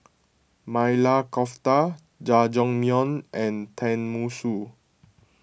Maili Kofta Jajangmyeon and Tenmusu